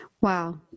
Wow